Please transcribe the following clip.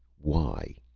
why?